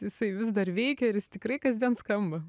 jisai vis dar veikia ir jis tikrai kasdien skamba